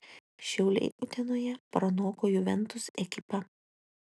šiauliai utenoje pranoko juventus ekipą